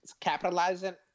capitalizing